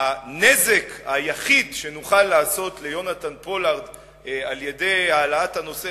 הנזק היחיד שנוכל לעשות ליהונתן פולארד על-ידי העלאת הנושא